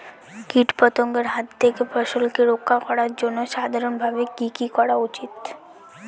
কীটপতঙ্গের হাত থেকে ফসলকে রক্ষা করার জন্য সাধারণভাবে কি কি করা উচিৎ?